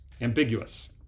ambiguous